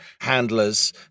handlers